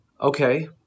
Okay